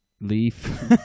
Leaf